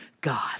God